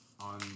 on